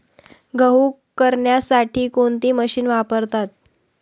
गहू करण्यासाठी कोणती मशीन वापरतात?